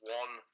one